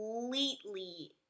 completely